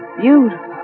beautiful